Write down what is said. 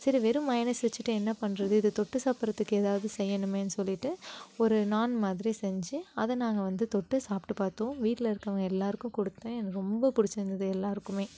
சரி வெறும் மையோனஸ் வச்சிகிட்டு என்ன பண்ணுறது இதை தொட்டு சாப்பிட்றதுக்கு எதாவது செய்யணுமேன்னு சொல்லிவிட்டு ஒரு நாண் மாதிரி செஞ்சு அதை நாங்கள் வந்து தொட்டு சாப்பிட்டு படித்தோம் வீட்டில் இருக்கிறவங்க எல்லாருக்கும் கொடுத்தன் எனக்கு ரொம்ப பிடிச்சிருந்துது எல்லாருக்குமே